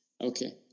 okay